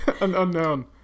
unknown